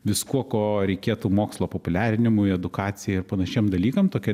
viskuo ko reikėtų mokslo populiarinimui edukacijai ir panašiem dalykam tokia